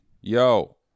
Yo